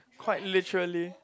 quite literally